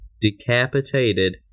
decapitated